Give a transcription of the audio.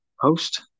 Post